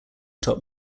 top